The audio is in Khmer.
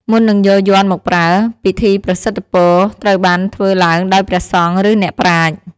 មុននឹងយកយ័ន្តមកប្រើ ពិធីប្រសិទ្ធិពរត្រូវបានធ្វើឡើងដោយព្រះសង្ឃឬអ្នកប្រាជ្ញ។